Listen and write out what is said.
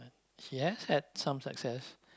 she has had some success